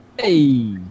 Hey